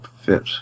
fit